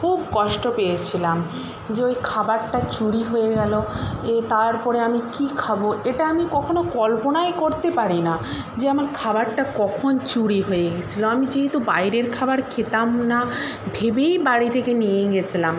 খুব কষ্ট পেয়েছিলাম যে ওই খাবারটা চুরি হয়ে গেল এ তার পড়ে আমি কি খাব এটা আমি কখনো কল্পনাই করতে পারি না যে আমার খাবারটা কখন চুরি হয়ে গেছিলো আমি যেহেতু বাইরের খাবার খেতাম না ভেবেই বাড়ি থেকে নিয়ে গেসলাম